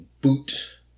boot